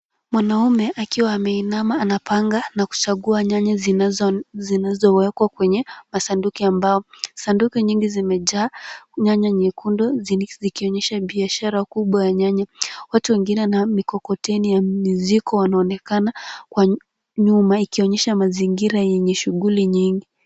Mwanamume akiwa ameinama anapanga na kuchagua nyanya zinazowekwa kwenye masanduku ya mbao, sanduku nyingi zimejaa nyanya nyekundu zikionyesha biashara kubwa ya nyanya, watu wengine na mikokoteni ya mizigo wanaonekana kwa nyuma, wakionyesha mazingira yenye shughuli nyingi.